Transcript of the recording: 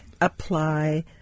apply